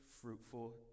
fruitful